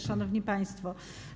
Szanowni Państwo!